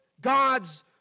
God's